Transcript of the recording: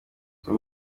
izo